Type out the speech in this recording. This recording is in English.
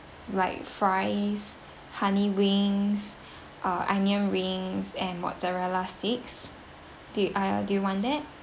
like fries honey wings uh onion rings and mozzarella sticks d~ uh do you want that